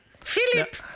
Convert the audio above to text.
Philip